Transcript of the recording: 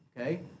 okay